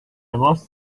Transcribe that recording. must